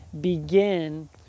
begin